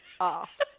off